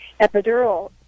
epidural